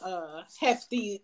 hefty